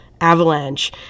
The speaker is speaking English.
avalanche